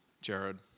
Jared